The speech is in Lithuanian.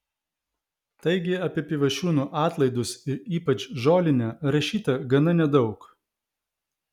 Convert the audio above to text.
taigi apie pivašiūnų atlaidus ir ypač žolinę rašyta gana nedaug